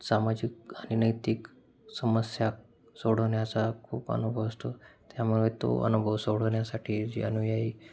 सामाजिक आणि नैतिक समस्या सोडवण्याचा खूप अनुभव असतो त्यामुळे तो अनुभव सोडवण्यासाठी जे अनुयायी